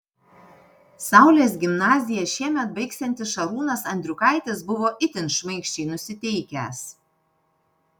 saulės gimnaziją šiemet baigsiantis šarūnas andriukaitis buvo itin šmaikščiai nusiteikęs